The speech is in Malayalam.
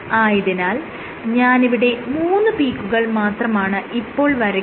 ആയതിനാൽ ഞാനിവിടെ മൂന്ന് പീക്കുകൾ മാത്രമാണ് ഇപ്പോൾ വരയ്ക്കുന്നത്